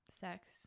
sex